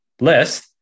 list